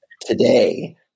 today